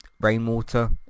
rainwater